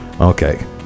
okay